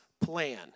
plan